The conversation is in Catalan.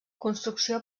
construcció